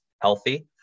healthy